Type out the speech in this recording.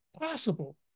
possible